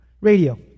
Radio